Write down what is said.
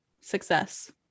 success